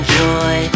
joy